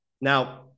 Now